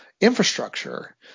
infrastructure